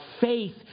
faith